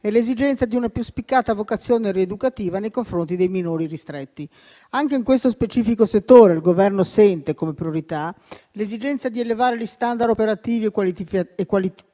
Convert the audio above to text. e l'esigenza di una più spiccata vocazione rieducativa nei confronti dei minori ristretti. Anche in questo specifico settore, il Governo sente come priorità l'esigenza di elevare gli *standard* operativi e qualitativi